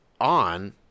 on